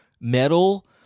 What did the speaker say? metal